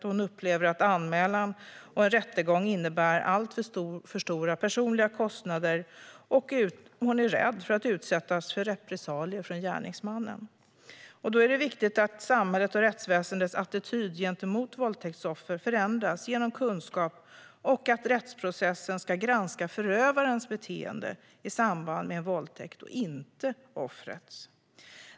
De kan uppleva att anmälan och en rättegång innebär alltför stora personliga kostnader och vara rädda för att utsättas för repressalier från gärningsmannen. Då är det viktigt att samhällets och rättsväsendets attityd gentemot våldtäktsoffer förändras genom kunskap och att rättsprocessen ska granska förövarens beteende i samband med en våldtäkt och inte offrets.